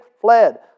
fled